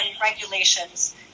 regulations